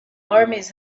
armies